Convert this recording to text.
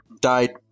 died